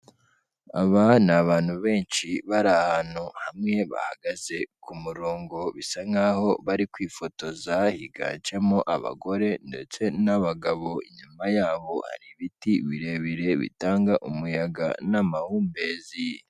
Aba ni abantu benshi bari ahantu hamwe, bahagaze ku murongo, bisa nk'aho bari kwifotoza, higanjemo abagore ndetse n'abagabo. Inyuma yabo hari ibiti birebire bitanga umuyaga n'amahumbezi.